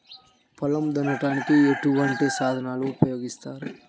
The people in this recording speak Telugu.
పొలం దున్నడానికి ఎటువంటి సాధనాలు ఉపకరిస్తాయి?